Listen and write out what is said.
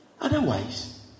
Otherwise